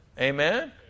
Amen